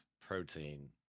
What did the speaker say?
protein